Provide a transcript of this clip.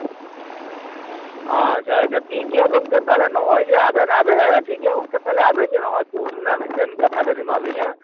ᱟᱪᱪᱷᱟ ᱟᱪᱪᱷᱟ ᱴᱷᱤᱠᱜᱮᱭᱟ ᱜᱚᱝᱠᱮ ᱛᱟᱦᱞᱮ ᱱᱚᱜᱼᱚᱭ ᱡᱮ ᱟᱵᱮᱱ ᱦᱮᱸ ᱴᱷᱤᱠᱜᱮᱭᱟ ᱜᱚᱝᱠᱮ ᱛᱟᱦᱞᱮ ᱟᱵᱮᱱ ᱡᱮ ᱱᱚᱜᱼᱚᱭ ᱠᱩᱞ ᱨᱮᱱᱟᱜ ᱢᱤᱫᱴᱮᱱ ᱠᱟᱛᱷᱟ ᱵᱮᱱ ᱮᱢᱟᱫ ᱞᱤᱧᱟᱹ